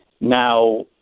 Now